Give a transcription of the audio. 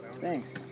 Thanks